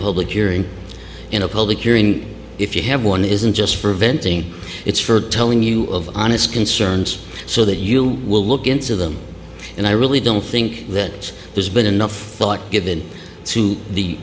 public hearing in a public hearing if you have one isn't just for venting it's for telling you of honest concerns so that you will look into them and i really don't think that there's been enough thought given to the